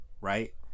right